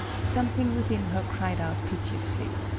something within her cried out piteously.